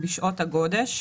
בשעות הגודש,